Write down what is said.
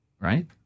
right